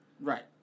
Right